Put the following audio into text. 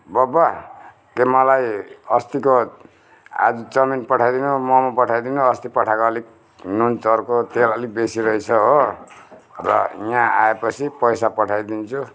त्यो मलाई अस्तिको आज चौमिन पठाइदिनु मोमो पठाइदिनु अस्ति पठाएको अलिक नुन चर्को तेल अलिक बेसि रहेछ हो र यहाँ आएपछि पैसा पठाइदिन्छु